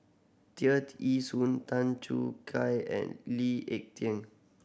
Tear Ee Soon Tan Choo Kai and Lee Ek Tieng